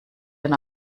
dann